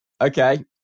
Okay